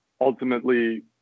ultimately